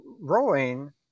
rowing